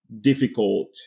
difficult